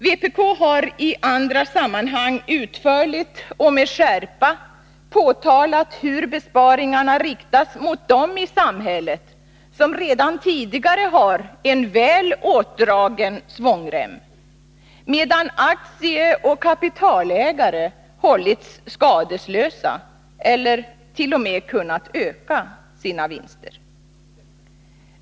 Vpk har i andra sammanhang utförligt och med skärpa påtalat hur besparingar riktas mot dem i samhället som redan tidigare har en väl åtdragen svångrem, medan aktieoch kapitalägare hållits skadeslösa eller t.o.m. kunnat öka sina vinster.